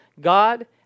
God